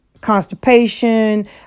constipation